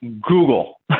Google